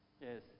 Yes